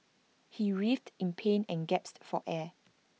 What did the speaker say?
he writhed in pain and gasped for air